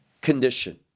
condition